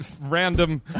random